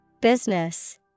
Business